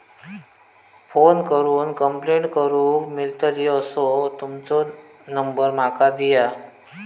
Phone करून complaint करूक मेलतली असो तुमचो नंबर माका दिया?